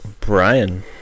Brian